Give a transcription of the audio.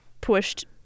pushed